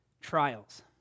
trials